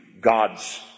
God's